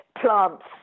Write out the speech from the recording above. plants